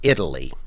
Italy